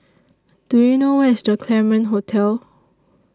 Do YOU know Where IS The Claremont Hotel